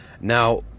Now